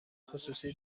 خصوصی